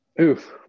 Oof